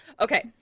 okay